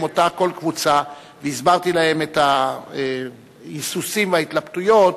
אותה קבוצה והסברתי להם את ההיסוסים וההתלבטויות,